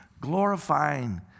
glorifying